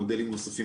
מודלים מוספים.